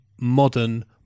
modern